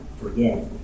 forget